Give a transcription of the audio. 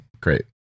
Great